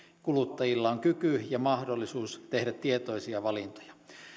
kuluttajilla on kyky ja mahdollisuus tehdä tietoisia valintoja